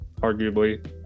arguably